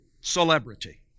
celebrity